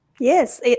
Yes